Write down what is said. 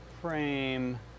frame